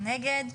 מי נגד?